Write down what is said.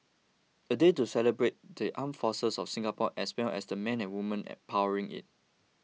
a day to celebrate the armed forces of Singapore as well as the men and women and powering it